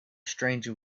stranger